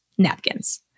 napkins